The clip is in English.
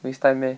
waste time meh